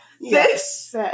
Yes